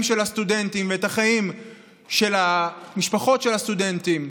של הסטודנטים ואת החיים של המשפחות של הסטודנטים,